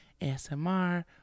ASMR